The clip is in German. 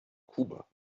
kuba